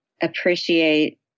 appreciate